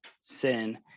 sin